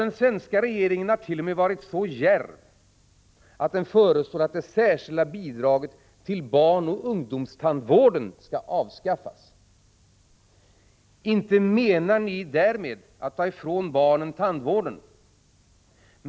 Den svenska regeringen har t.o.m. varit så djärv att den föreslår att det särskilda bidraget till barnoch ungdomstandvården skall avskaffas. Inte menar ni socialdemokrater därmed att ta ifrån barnen tandvården.